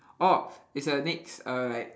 orh it's a next err like